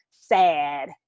sad